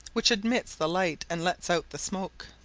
which admits the light and lets out the smoke.